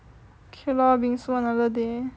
okay lor bingsu another day